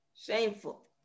Shameful